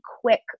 quick